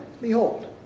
behold